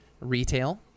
retail